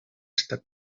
estat